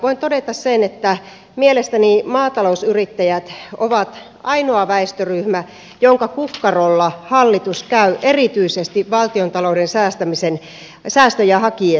voin todeta että mielestäni maatalousyrittäjät ovat ainoa väestöryhmä jonka kukkarolla hallitus käy erityisesti valtiontalouden säästöjä hakiessaan